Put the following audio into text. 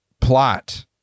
plot